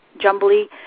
jumbly